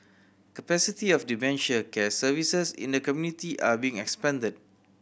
capacity of dementia care services in the community are being expanded